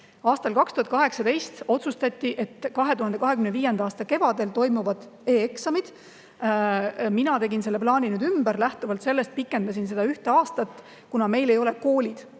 Aastal 2018 otsustati, et 2025. aasta kevadel toimuvad e-eksamid. Mina tegin selle plaani nüüd ümber. Lähtuvalt sellest [probleemist] ma pikendasin seda ühe aasta võrra, kuna meil ei ole koolid